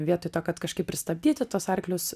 vietoj to kad kažkaip pristabdyti tuos arklius